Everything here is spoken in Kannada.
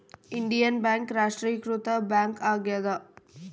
ಇಂಡಿಯನ್ ಬ್ಯಾಂಕ್ ರಾಷ್ಟ್ರೀಕೃತ ಬ್ಯಾಂಕ್ ಆಗ್ಯಾದ